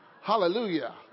Hallelujah